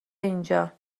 اینجا